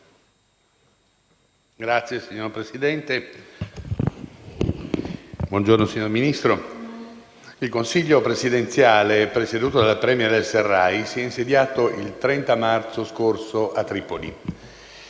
il Consiglio presidenziale presieduto dal *premier* al-Sarraj si è insediato il 30 marzo scorso a Tripoli.